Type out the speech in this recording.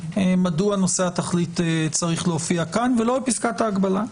מדוע נושא התכלית צריך להופיע כאן ולא בפסקת ההגבלה.